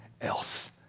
else